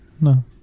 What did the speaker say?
No